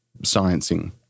sciencing